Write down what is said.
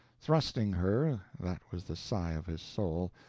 thrusting her, that was the sigh of his soul,